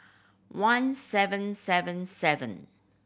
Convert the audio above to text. one seven seven seven